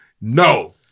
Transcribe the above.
No